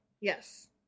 Yes